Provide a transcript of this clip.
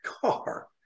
car